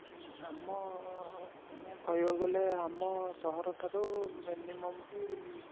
ଆମ କହିବାକୁ ଗଲେ ଆମ ସହର ଠାରୁ ମିନିମମ୍